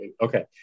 okay